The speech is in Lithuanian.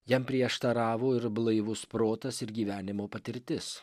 jam prieštaravo ir blaivus protas ir gyvenimo patirtis